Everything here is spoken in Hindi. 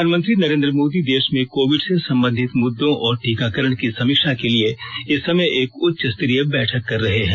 प्रधानमंत्री नरेन्द्र मोदी देश में कोविड से संबंधित मुद्दों और टीकाकरण की समीक्षा के लिए इस समय इस समय एक उच्चस्तरीय बैठक कर रहे हैं